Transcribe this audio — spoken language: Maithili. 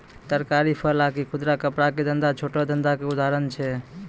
तरकारी, फल आकि खुदरा कपड़ा के धंधा छोटो धंधा के उदाहरण छै